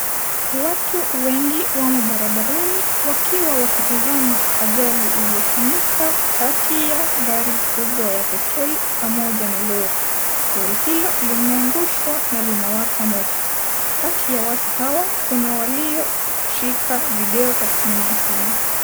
Watu wengi wamo barabarani, wakiwa wakitazama ajali uliyofanyika, kati ya gari kubwa ya petroli pamoja na lori. Lori hilo, limeangushwa na linawaka moto. Kati ya watu hawa, kuna walioshika video kwa kutumia simu.